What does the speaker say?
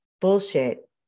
bullshit